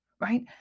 Right